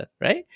right